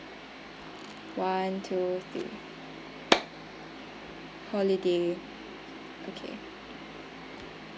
one two three holiday okay